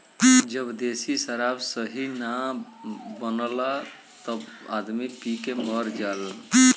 जब देशी शराब सही न बनला तब आदमी पी के मर जालन